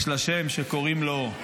יש לה שם, אונר"א.